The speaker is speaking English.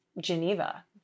Geneva